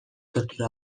tortura